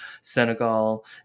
Senegal